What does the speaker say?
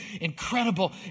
incredible